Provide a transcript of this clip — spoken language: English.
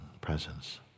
presence